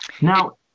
Now –